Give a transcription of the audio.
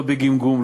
לא בגמגום,